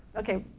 ok,